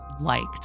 liked